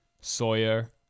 Sawyer